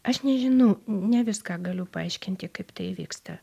aš nežinau ne viską galiu paaiškinti kaip tai vyksta